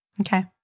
Okay